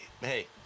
Hey